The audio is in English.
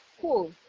Cool